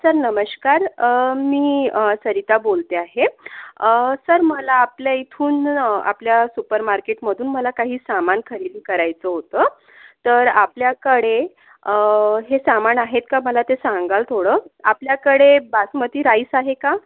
sir नमस्कार मी सरिता बोलते आहे सर मला आपल्या इथून आपल्या सुपरमार्केटमधून मला काही सामान खरेदी करायचं होतं तर आपल्याकडे हे सामान आहेत का सांगाल थोडं आपल्याकडे बासमती राइस आहे का